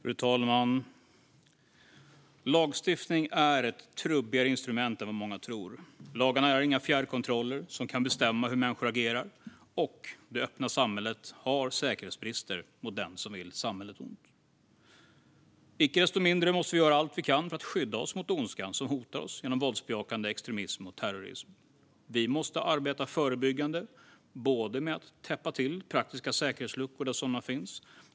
Fru talman! Lagstiftning är ett trubbigare instrument än vad många tror. Lagarna är inga fjärrkontroller som kan bestämma hur människor agerar, och det öppna samhället har säkerhetsbrister mot dem som vill samhället ont. Icke desto mindre måste vi göra allt vi kan för att skydda oss mot ondskan som hotar oss genom våldsbejakande extremism och terrorism. Vi måste arbeta förebyggande med att täppa till praktiska säkerhetsluckor där sådana finns.